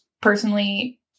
Personally